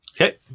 okay